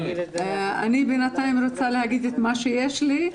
אני בינתיים רוצה לומר את מה שיש לי.